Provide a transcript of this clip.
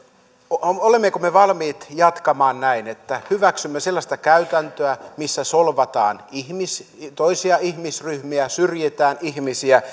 olemmeko me valmiit jatkamaan näin että hyväksymme sellaista käytäntöä missä solvataan toisia ihmisryhmiä syrjitään ihmisiä